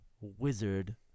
wizard